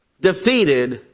defeated